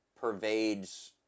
pervades